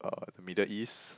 uh Middle East